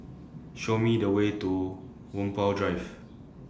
Show Me The Way to Whampoa Drive